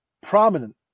prominent